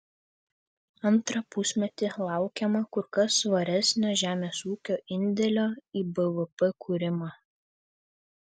antrą pusmetį laukiama kur kas svaresnio žemės ūkio indėlio į bvp kūrimą